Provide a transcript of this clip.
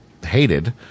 hated